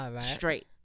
straight